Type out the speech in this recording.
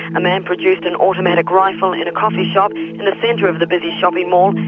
and a man produced an automatic rifle in a coffee shop in the centre of the busy shopping mall,